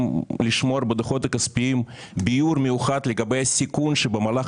לשמור בדוחות הכספיים- -- מיוחד לגבי הסיכון שבמהלך